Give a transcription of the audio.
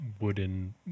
wooden